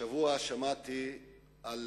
השבוע שמעתי על